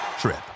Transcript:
trip